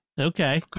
Okay